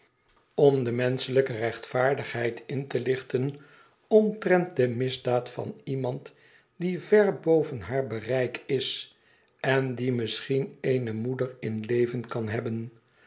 de menschelijke rechtvaardigheid in te lichten omtrent de misdaad van iemand die ver boven haar bereik is en die misschien eene moeder in leven kan hebben